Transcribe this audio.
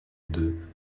deux